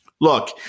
look